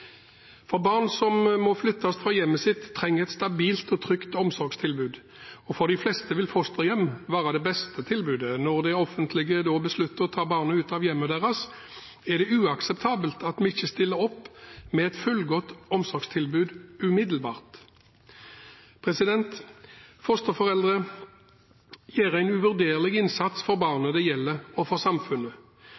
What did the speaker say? barnevernet. Barn som må flyttes fra hjemmet sitt, trenger et stabilt og trygt omsorgstilbud, og for de fleste vil fosterhjem være det beste tilbudet. Når det offentlige da beslutter å ta barna ut av hjemmet deres, er det uakseptabelt at vi ikke stiller opp med et fullgodt omsorgstilbud umiddelbart. Fosterforeldre gjør en uvurderlig innsats for